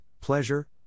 pleasure